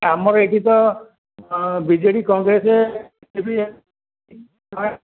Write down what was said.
ଆମର ଏଠି ତ ବିଜେଡ଼ି କଂଗ୍ରେସ୍